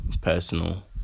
personal